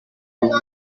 bihugu